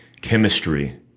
chemistry